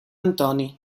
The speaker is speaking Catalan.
antoni